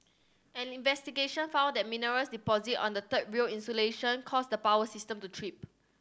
an investigation found that mineral deposits on the third rail insulation caused the power system to trip